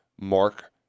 Mark